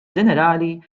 ġenerali